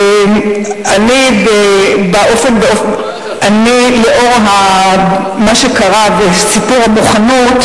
אני, לנוכח מה שקרה וסיפור המוכנות,